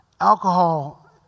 alcohol